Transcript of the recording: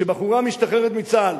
כשבחורה משתחררת מצה"ל,